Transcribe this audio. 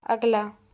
अगला